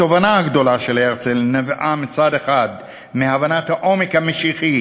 התובנה הגדולה של הרצל נבעה מצד אחד מהבנת העומק המשיחי